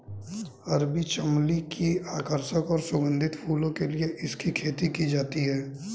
अरबी चमली की आकर्षक और सुगंधित फूलों के लिए इसकी खेती की जाती है